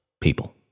people